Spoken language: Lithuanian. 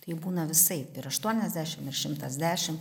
tai būna visaip ir aštuoniasdešim ir šimtas dešim